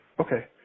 Okay